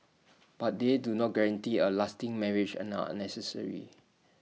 but they do not guarantee A lasting marriage and are unnecessary